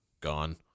gone